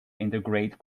integrate